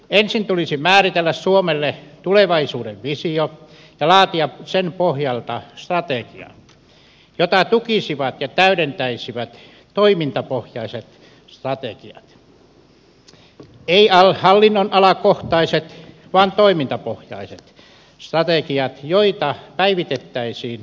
ensin tulisi määritellä suomelle tulevaisuuden visio ja laatia sen pohjalta strategia jota tukisivat ja täydentäisivät toimintapohjaiset strategiat eivät hallinnonalakohtaiset vaan toimintapohjaiset strategiat joita päivitettäisiin hallituskausittain